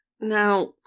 now